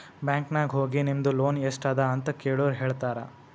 bank ನಾಗ್ ಹೋಗಿ ನಿಮ್ದು ಲೋನ್ ಎಸ್ಟ್ ಅದ ಅಂತ ಕೆಳುರ್ ಹೇಳ್ತಾರಾ